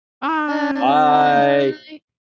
Bye